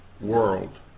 world